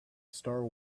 star